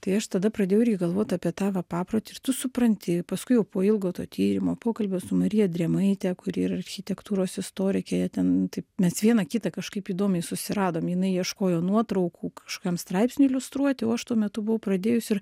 tai aš tada pradėjau irgi galvot apie tą va paprotį ir tu supranti paskui jau po ilgo to tyrimo pokalbio su marija drėmaite kuri yra architektūros istorikė jie ten taip mes viena kitą kažkaip įdomiai susiradom jinai ieškojo nuotraukų kažkokiam straipsniui iliustruoti o aš tuo metu buvau pradėjus ir